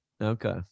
Okay